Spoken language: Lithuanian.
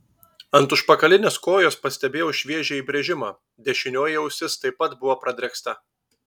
ant užpakalinės kojos pastebėjau šviežią įbrėžimą dešinioji ausis taip pat buvo pradrėksta